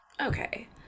okay